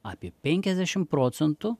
apie penkiasdešim procentų